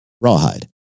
Rawhide